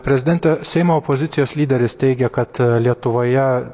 prezidente seimo opozicijos lyderis teigia kad lietuvoje